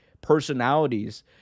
personalities